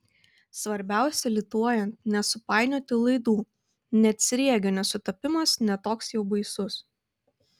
svarbiausia lituojant nesupainioti laidų net sriegio nesutapimas ne toks jau baisus